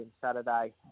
Saturday